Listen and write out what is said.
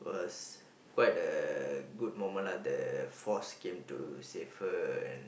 was quite a good moment lah the force came to save her and